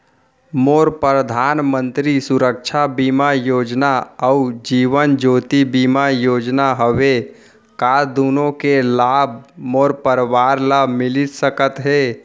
मोर परधानमंतरी सुरक्षा बीमा योजना अऊ जीवन ज्योति बीमा योजना हवे, का दूनो के लाभ मोर परवार ल मिलिस सकत हे?